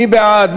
מי בעד?